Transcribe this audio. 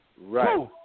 Right